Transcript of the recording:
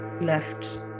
left